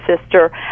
sister